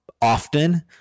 often